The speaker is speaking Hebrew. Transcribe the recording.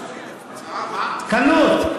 שר העבודה,